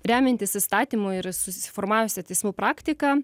remiantis įstatymu ir susiformavusia teismų praktika